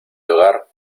hogar